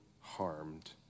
harmed